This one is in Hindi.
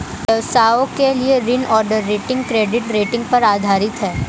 व्यवसायों के लिए ऋण अंडरराइटिंग क्रेडिट रेटिंग पर आधारित है